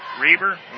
Reber